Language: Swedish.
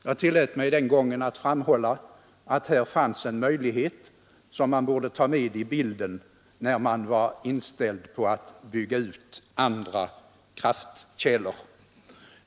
Jag tillät mig den gången att framhålla att här fanns en möjlighet som man borde ta med i bilden, när man var inställd på att bygga ut andra kraftkällor.